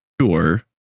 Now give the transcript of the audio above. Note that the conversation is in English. sure